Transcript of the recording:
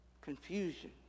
confusion